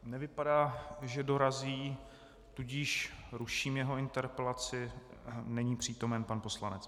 Nevypadá to, že dorazí, tudíž ruším jeho interpelaci, není přítomen pan poslanec.